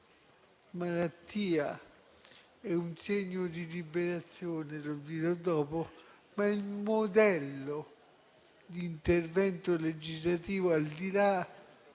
malattia è un segno di liberazione (lo dirò dopo), ma con il modello dell'intervento legislativo, al di là